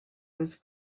was